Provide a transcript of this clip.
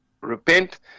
repent